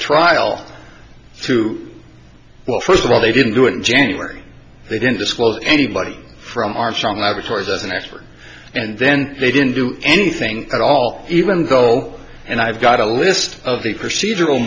trial through well first of all they didn't do it in january they didn't disclose anybody from armstrong laboratories as an expert and then they didn't do anything at all even go and i've got a list of the perce